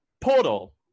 Portal